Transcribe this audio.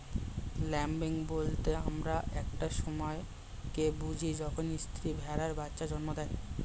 lambing বলতে আমরা একটা সময় কে বুঝি যখন স্ত্রী ভেড়ারা বাচ্চা জন্ম দেয়